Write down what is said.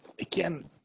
again